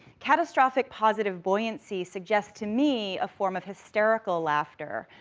catastrophic positive buoyancy suggests, to me, a form of hysterical laughter,